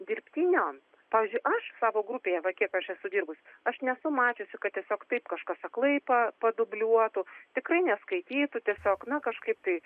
dirbtinio pavyzdžiui aš savo grupėje va kiek aš esu dirbusi aš nesu mačiusi kad tiesiog taip kažkas aklai pa padubliuotų tikrai neskaitytų tiesiog na kažkaip tai